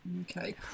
Okay